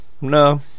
No